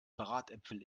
bratäpfel